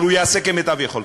אבל הוא יעשה כמיטב יכולתו.